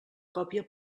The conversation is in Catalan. còpia